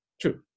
true